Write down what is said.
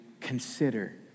consider